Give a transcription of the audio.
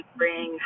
bring